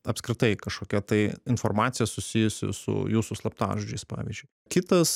apskritai kažkokia tai informacija susijusi su jūsų slaptažodžiais pavyzdž kitas